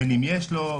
בין אם יש לו,